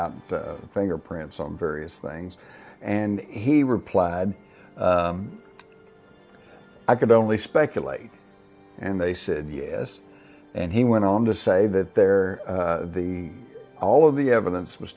out the fingerprints on various things and he replied i could only speculate and they said yes and he went on to say that there the all of the evidence was